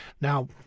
Now